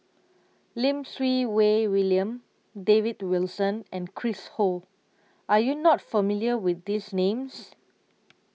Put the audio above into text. Lim Siew Wai William David Wilson and Chris Ho Are YOU not familiar with These Names